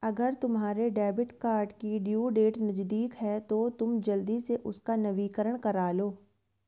अगर तुम्हारे debit card की ड्यू डेट नज़दीक है तो तुम जल्दी से उसका नवीकरण करालो